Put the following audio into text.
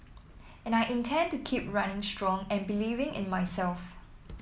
and I intend to keep running strong and believing in myself